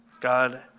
God